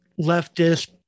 leftist